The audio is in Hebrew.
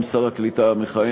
גם שר העלייה והקליטה המכהן,